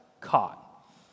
caught